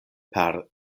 per